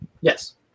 Yes